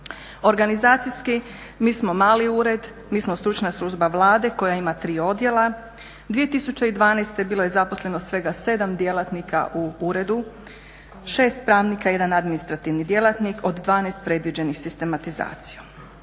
Organizacijski mi smo mali ured, mi smo stručna služba Vlade koja ima tri odijela. 2012.bilo je zaposleno svega 7 djelatnika u uredu, 6 pravnika i 1 administrativni djelatnik od 12 predviđenih sistematizacijom.